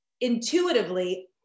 Intuitively